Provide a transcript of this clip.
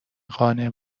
قانع